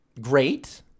great